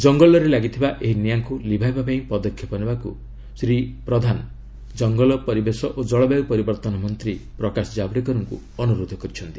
ଜଙ୍ଗଲରେ ଲାଗିଥିବା ଏହି ନିଆଁକୁ ଲିଭାଇବା ପାଇଁ ପଦକ୍ଷେପ ନେବା ଲାଗି ଶ୍ରୀ ପ୍ରଧାନ ଜଙ୍ଗଲ ପରିବେଶ ଓ ଜଳବାୟୁ ପରିବର୍ତ୍ତନ ମନ୍ତ୍ରୀ ପ୍ରକାଶ ଜାବଡେକରଙ୍କୁ ଅନୁରୋଧ କରିଛନ୍ତି